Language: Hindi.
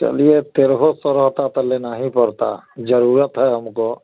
चलिए तेरहो सौ रहता त लेना ही परता ज़रूरत है हमको